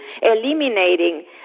eliminating